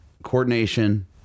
Coordination